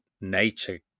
nature